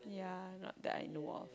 yeah not that I know of